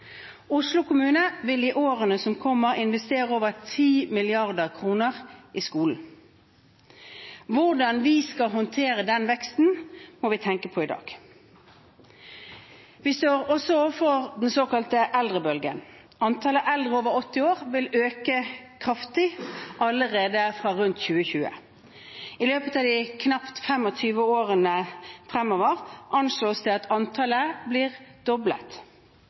Oslo kommune vil i årene som kommer, investere over 10 mrd. kr i skolen. Hvordan vi skal håndtere den veksten, må vi tenke på i dag. Vi står også overfor den såkalte eldrebølgen. Antallet eldre over 80 år vil øke kraftig allerede fra rundt 2020. I løpet av de knapt 25 årene fremover anslås det at antallet blir doblet.